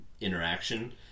interaction